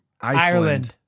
Ireland